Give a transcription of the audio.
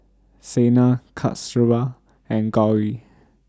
Saina Kasturba and Gauri